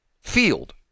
Field